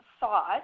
thought